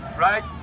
Right